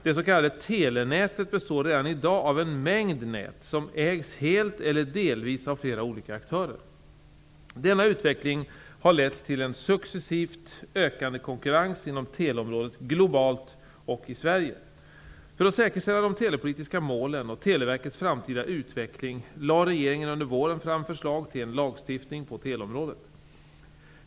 Det s.k. telenätet består redan i dag av en mängd ''nät'', som ägs helt eller delvis av flera olika aktörer. Denna utveckling har lett till en successivt ökande konkurrens inom teleområdet, globalt och i Sverige. För att säkerställa de telepolitiska målen och Televerkets framtida utveckling lade regeringen under våren fram förslag till en lagstiftning på teleområdet.